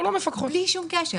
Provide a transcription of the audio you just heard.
בלי שום קשר.